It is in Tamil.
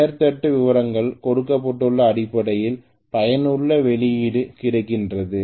பெயர் தட்டு விவரங்கள் கொடுக்கப்பட்டுள்ள அடிப்படையில் பயனுள்ள வெளியீடு கிடைக்கின்றது